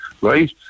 right